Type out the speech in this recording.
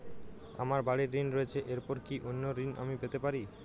আমার বাড়ীর ঋণ রয়েছে এরপর কি অন্য ঋণ আমি পেতে পারি?